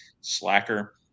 slacker